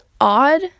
odd